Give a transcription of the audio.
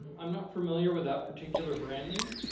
i'm not familiar with that particular brand name.